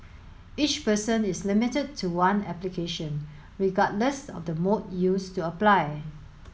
each person is limited to one application regardless of the mode used to apply